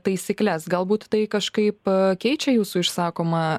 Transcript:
taisykles galbūt tai kažkaip keičia jūsų išsakomą